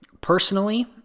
Personally